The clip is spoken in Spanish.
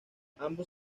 ambos